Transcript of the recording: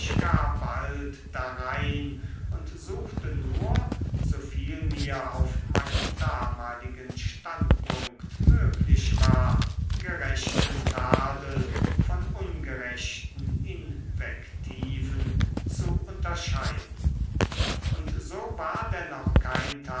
gar bald darein und suchte nur so viel mir auf meinem damaligen standpunkt möglich war gerechten tadel von ungerechten invektiven zu unterscheiden und so war denn auch kein